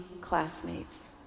classmates